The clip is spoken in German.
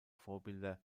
vorbilder